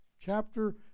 Chapter